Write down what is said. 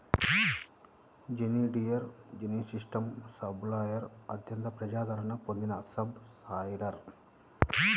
John Deere green system subsoiler అత్యంత ప్రజాదరణ పొందిన సబ్ సాయిలర్